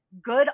good